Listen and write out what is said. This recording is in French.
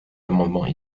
amendements